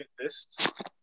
list